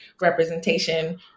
representation